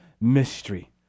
mystery